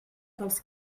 dels